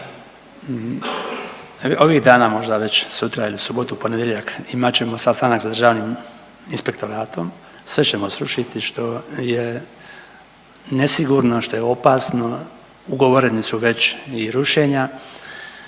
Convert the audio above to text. Ovih dana, možda već sutra ili u subotu, u ponedjeljak, imat ćemo sastanak s državnim inspektoratom, sve ćemo srušiti što je nesigurno, što je opasno, ugovoreni su već i rušenja